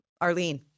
Arlene